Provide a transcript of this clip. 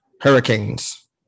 Hurricanes